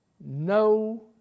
no